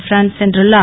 France சென்றுள்ளார்